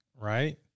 right